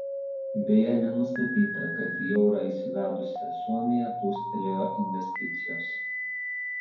beje nenustatyta kad į eurą įsivedusią suomiją plūstelėjo investicijos